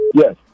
yes